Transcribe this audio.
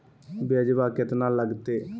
ब्यजवा केतना लगते?